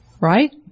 right